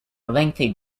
lengthy